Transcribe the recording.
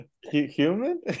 Human